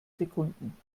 sekunden